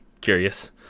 curious